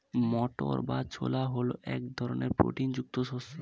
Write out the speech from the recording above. মটর বা ছোলা হল এক ধরনের প্রোটিন যুক্ত শস্য